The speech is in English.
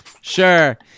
Sure